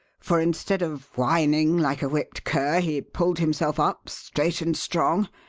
for instead of whining like a whipped cur, he pulled himself up straight and strong,